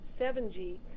7G